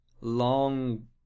long